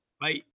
Bye